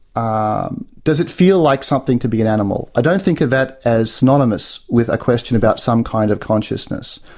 um does it feel like something to be an animal? i don't think of that as synonymous with a question about some kind of consciousness.